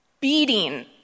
beating